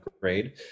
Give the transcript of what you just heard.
grade